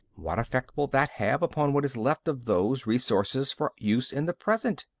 what effect will that have upon what is left of those resources for use in the present?